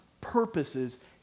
purposes